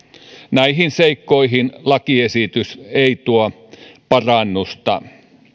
näihin seikkoihin lakiesitys ei tuo parannusta